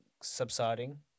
subsiding